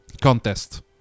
contest